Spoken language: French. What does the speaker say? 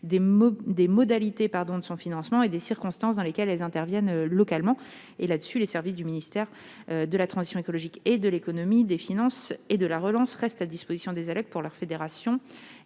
des modalités de son financement et des circonstances dans lesquelles elle intervient localement. Les services du ministère de la transition écologique et du ministère de l'économie, des finances et de la relance restent à disposition des ALEC auprès de leur fédération